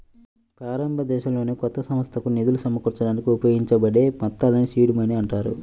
ప్రారంభదశలోనే కొత్త సంస్థకు నిధులు సమకూర్చడానికి ఉపయోగించబడే మొత్తాల్ని సీడ్ మనీ అంటారు